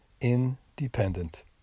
independent